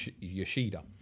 Yoshida